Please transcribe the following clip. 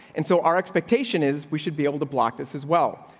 and so our expectation is we should be able to block this as well.